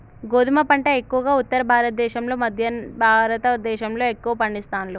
గోధుమ పంట ఎక్కువగా ఉత్తర భారత దేశం లో మధ్య భారత దేశం లో ఎక్కువ పండిస్తాండ్లు